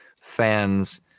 fans